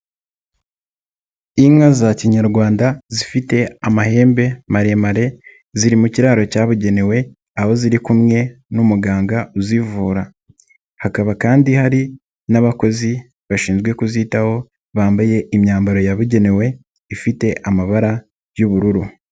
Inka za kinyarwanda zifite amahembe maremare, ziri mu kiraro cyabugenewe aho ziri kumwe n'umuganga uzivura, hakaba kandi hari n'abakozi bashinzwe kuzitaho bambaye imyambaro yabugenewe ifite amabara y'ubururu.